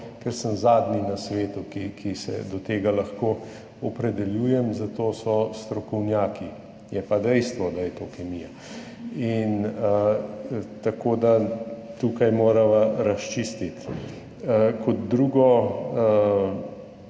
ker sem zadnji na svetu, ki se do tega lahko opredeljujem. Za to so strokovnjaki. Je pa dejstvo, da je to kemija. Tako da tukaj morava razčistiti. Kot drugo.